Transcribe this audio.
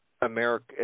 America